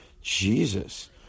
Jesus